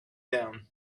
down